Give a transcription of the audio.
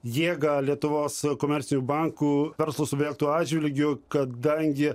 jėgą lietuvos komercinių bankų verslo subjektų atžvilgiu kadangi